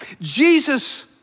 Jesus